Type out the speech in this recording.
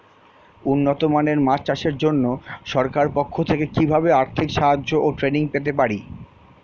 উন্নত মানের মাছ চাষের জন্য সরকার পক্ষ থেকে কিভাবে আর্থিক সাহায্য ও ট্রেনিং পেতে পারি?